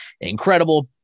incredible